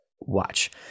watch